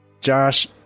Josh